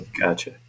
Gotcha